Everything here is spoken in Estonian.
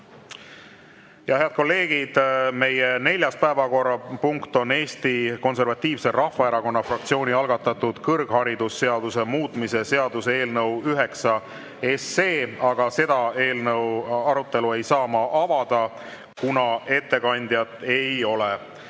välja. Head kolleegid, meie neljas päevakorrapunkt on Eesti Konservatiivse Rahvaerakonna fraktsiooni algatatud kõrgharidusseaduse muutmise seaduse eelnõu nr 9, aga selle eelnõu arutelu ei saa ma avada, kuna ettekandjat ei ole.